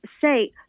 say